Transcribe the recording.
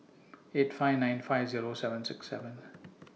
eight five nine five Zero seven six seven